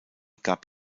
gab